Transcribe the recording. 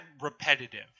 repetitive